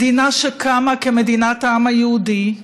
מדינה שקמה כמדינת העם היהודי,